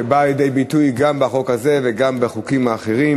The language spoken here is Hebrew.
שבאה לידי ביטוי גם בחוק הזה וגם בחוקים אחרים,